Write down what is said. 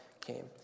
came